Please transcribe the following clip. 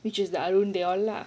which is the ah ruin they all lah